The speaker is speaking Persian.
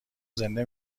زنده